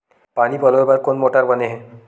पानी पलोय बर कोन मोटर बने हे?